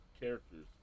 characters